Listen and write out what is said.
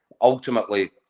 Ultimately